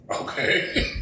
Okay